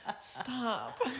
stop